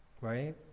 right